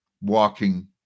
walking